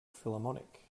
philharmonic